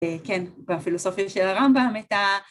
‫כן, בפילוסופיה של הרמב״ם את ה...